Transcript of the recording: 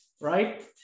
right